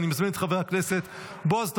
אני מזמין את חבר הכנסת בועז טופורובסקי,